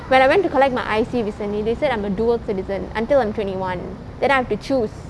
when I went to collect my I_C recently they said I'm a dual citizen until I'm twenty one then I have to choose